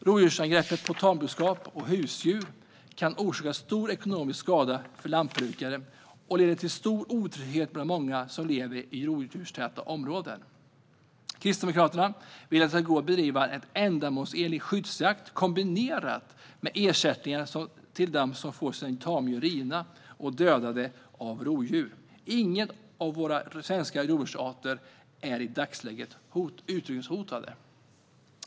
Rovdjursangrepp på tamboskap och husdjur kan orsaka stor ekonomisk skada för lantbrukare och leder till stor otrygghet bland många som lever i rovdjurstäta områden. Kristdemokraterna vill att det ska gå att bedriva en ändamålsenlig skyddsjakt kombinerat med ersättningar till dem som får sina tamdjur rivna och dödade av rovdjur. Ingen av våra svenska rovdjursarter är i dagsläget utrotningshotad.